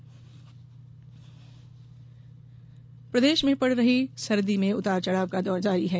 मौसम प्रदेश में पड़ रही सर्दी में उतार चढ़ाव का दौर जारी है